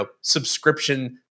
subscription